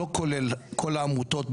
לא כולל כל העמותות,